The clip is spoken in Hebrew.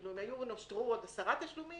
כלומר, אם נותרו עוד עשרה תשלומים